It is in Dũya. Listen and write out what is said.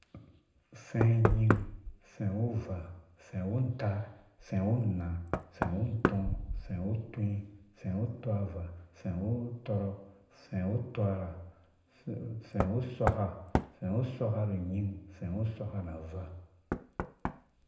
Ufe nying ufɛ uwu vaa ufɛ wu untaar ufɛ wu unna ufɛ wu untɔɔ ufɛ wutɔi ufe wu tɔɔvaa ufe wu tɔrɔk ufe wu utɔɔrhe ufɛ wu usokka ufɛ wu usɔkka ru nying ufɛ. wu usɔkka ra avaa